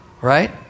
right